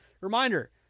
Reminder